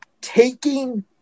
taking